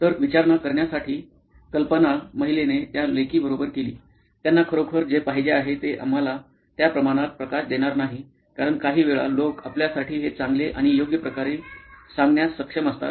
तर विचारणा करण्यासारखी कल्पना महिलेने त्या लेकीबरोबर केली त्यांना खरोखर जे पाहिजे आहे ते आम्हाला त्या प्रमाणात प्रकाश देणार नाही कारण काहीवेळा लोक आपल्यासाठी हे चांगले आणि योग्य प्रकारे सांगण्यास सक्षम असतात